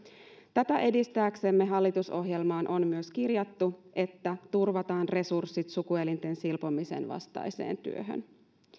tätä edistääksemme hallitusohjelmaan on myös kirjattu että turvataan resurssit sukuelinten silpomisen vastaiseen työhön